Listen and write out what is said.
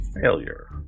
Failure